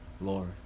Lord